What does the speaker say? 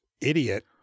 idiot